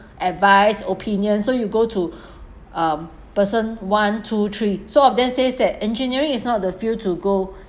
advice opinions so you go to um person one two three so all of them says that engineering is not the field to go